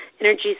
Energy